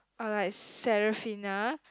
or like Seraphina